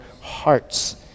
hearts